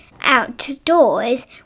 outdoors